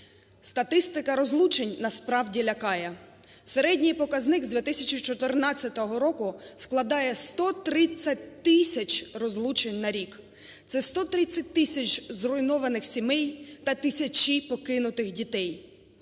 Статистика розлучень насправді лякає. Середній показник з 2014 року складає 130 тисяч розлучень на рік! Це 130 тисяч зруйнованих сімей та тисячі покинутих дітей.